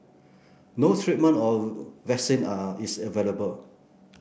no treatment or vaccine are is available